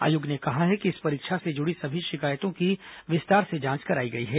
आयोग ने कहा है कि इस परीक्षा से जुड़ी सभी शिकायतों की विस्तार से जांच कराई गई है